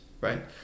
right